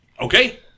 Okay